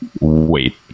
wait